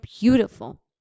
beautiful